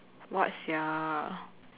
what sia